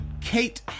kate